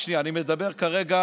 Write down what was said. רק שנייה, אני מדבר כרגע